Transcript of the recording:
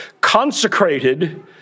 consecrated